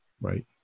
right